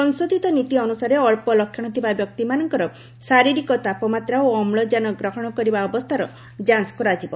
ସଂଶୋଧିତ ନୀତି ଅନୁସାରେ ଅଳ୍ପ ଲକ୍ଷଣ ଥିବା ବ୍ୟକ୍ତିମାନଙ୍କର ଶାରୀରିକ ତାପମାତ୍ରା ଓ ଅମ୍ଳଜାନ ଗ୍ରହଣ କରିବା ଅବସ୍ଥାର ଯାଞ୍ଚ କରାଯିବ